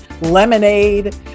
lemonade